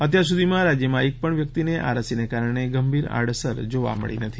અત્યાર સુધીમાં રાજ્યમાં એકપણ વ્યક્તિને આ રસીના કારણે ગંભીર આડઆસર જોવા મળી હતી